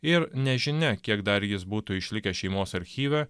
ir nežinia kiek dar jis būtų išlikęs šeimos archyve